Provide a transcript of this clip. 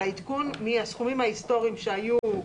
על העדכון מהסכומים ההיסטוריים שהיו.